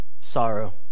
Sorrow